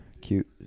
cute